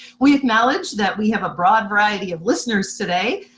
we acknowledge that we have a broad variety of listeners, today.